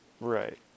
Right